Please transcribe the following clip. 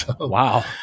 Wow